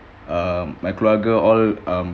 uh my keluarga all um